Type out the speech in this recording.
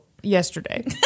yesterday